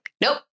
Nope